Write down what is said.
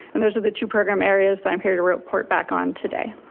and those are the two program areas that i am here to report back on today.